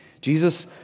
Jesus